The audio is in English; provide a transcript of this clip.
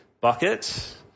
bucket